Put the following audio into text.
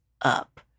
up